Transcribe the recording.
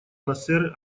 насер